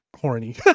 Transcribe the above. horny